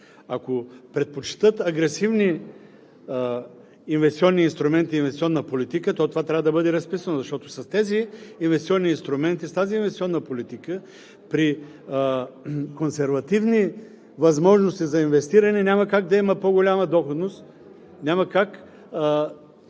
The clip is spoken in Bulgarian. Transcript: Ако предпочетат агресивните инвестиционни инструменти, инвестиционна политика, и това трябва да бъде разписано, защото с тези инвестиционни инструменти, с тази инвестиционна политика и при консервативни възможности за инвестиране няма как дружествата да реализират доходност,